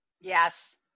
Yes